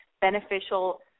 beneficial